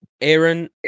Aaron